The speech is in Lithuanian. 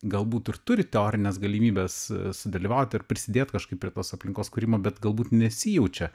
galbūt ir turi teorines galimybes sudalyvauti ir prisidėt kažkaip prie tos aplinkos kūrimo bet galbūt nesijaučia